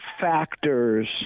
factors –